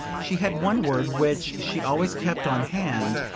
she had one word which she always kept on hand,